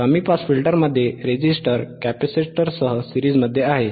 कमी पास फिल्टरमध्ये रेझिस्टर कॅपेसिटरसह सिरीज़मध्ये होते